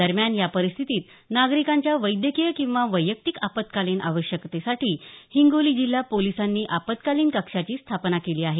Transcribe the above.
दरम्यान या परिस्थितीत नागरिकांच्या वैद्यकीय किंवा वैयक्तिक आपत्कालीन आवश्यकतेसाठी हिंगोली जिल्हा पोलिसांनी आपत्कालीन कक्षाची स्थापना केली आहे